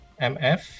MF